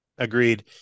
Agreed